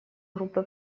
группы